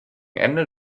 ende